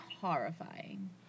horrifying